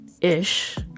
ish